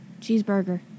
Cheeseburger